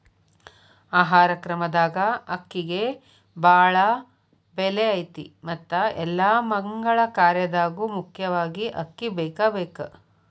ಆಹಾರ ಕ್ರಮದಾಗ ಅಕ್ಕಿಗೆ ಬಾಳ ಬೆಲೆ ಐತಿ ಮತ್ತ ಎಲ್ಲಾ ಮಗಳ ಕಾರ್ಯದಾಗು ಮುಖ್ಯವಾಗಿ ಅಕ್ಕಿ ಬೇಕಬೇಕ